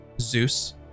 Zeus